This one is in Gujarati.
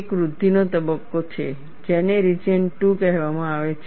એક વૃદ્ધિનો તબક્કો છે જેને રિજિયન 2 કહેવામાં આવે છે